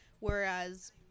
Whereas